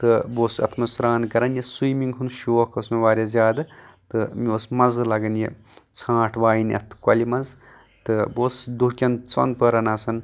تہٕ بہٕ اوسُس اَتھ منٛز سران کَران یہِ سُومِنٛگ ہُند شوق اوس مےٚ واریاہ زیادٕ تہٕ مےٚ اوس مَزٕ لگان یہِ ژھانٛٹ وایِنۍ یَتھ کۄلہِ منٛز تہٕ بہٕ اوسُس دُہ کٮ۪ن ژۄن پَہرَن آسان